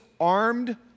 armed